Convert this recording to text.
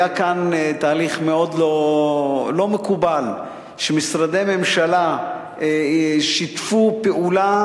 היה כאן תהליך מאוד לא מקובל שמשרדי ממשלה שיתפו פעולה